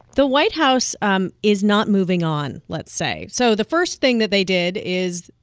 the white house um is not moving on, let's say. so the first thing that they did is,